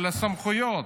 על הסמכויות.